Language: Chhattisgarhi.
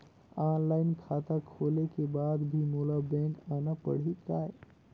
ऑनलाइन खाता खोले के बाद भी मोला बैंक आना पड़ही काय?